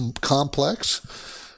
Complex